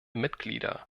mitglieder